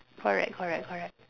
correct correct correct